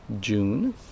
June